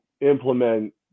implement